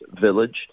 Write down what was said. village